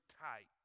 tight